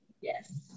Yes